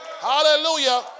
Hallelujah